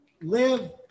live